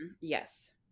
yes